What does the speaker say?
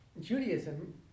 Judaism